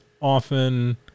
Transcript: often